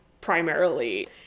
primarily